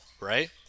right